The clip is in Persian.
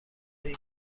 این